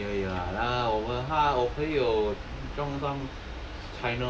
便宜而已啦他我朋友